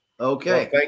Okay